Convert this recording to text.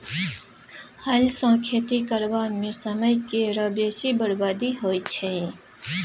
हल सँ खेती करबा मे समय केर बेसी बरबादी होइ छै